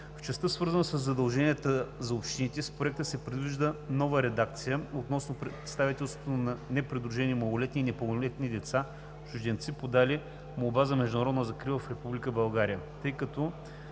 В частта, свързана със задължения за общините, с Проекта се предвижда нова редакция относно представителството на непридружените малолетни и непълнолетни деца чужденци, подали молба за международна закрила в